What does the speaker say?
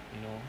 you know